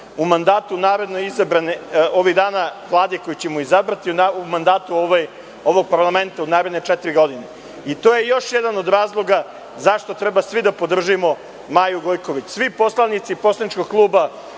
u mandatu naredno izabrane, ovih dana Vlade koju ćemo izabrati, u mandatu ovog parlamenta u naredne četiri godine.I to je još jedan od razloga zašto treba svi da podržimo Maju Gojković. Svi poslanici poslaničkog kluba